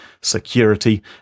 Security